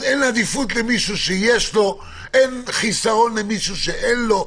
וככה אין עדיפות למישהו שאין לו ואין חיסרון למישהו שיש לו,